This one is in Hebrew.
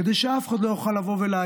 כדי שאף אחד לא יוכל להגיד: